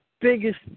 biggest